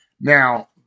Now